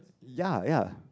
ya ya